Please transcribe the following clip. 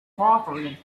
crawford